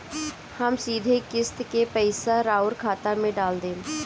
हम सीधे किस्त के पइसा राउर खाता में डाल देम?